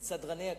את סדרני הכנסת.